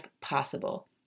possible